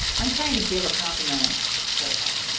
i'm trying to give a compliment to our call